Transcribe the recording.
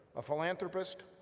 a philanthropist,